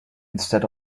instead